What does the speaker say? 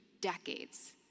decades